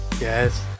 yes